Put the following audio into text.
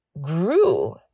grew